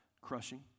Crushing